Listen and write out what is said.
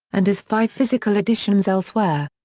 and as five physical editions elsewhere.